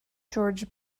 george